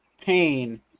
pain